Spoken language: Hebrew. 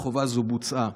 וחובה זו בוצעה.